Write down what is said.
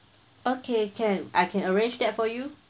okay can I can arrange that for you